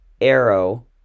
Arrow